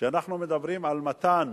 כשאנחנו מדברים על מתן